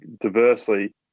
diversely